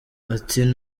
ati